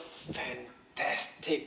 fantastic